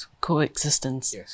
coexistence